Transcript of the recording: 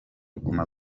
guma